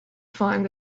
find